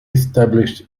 established